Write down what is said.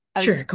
Sure